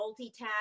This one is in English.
multitask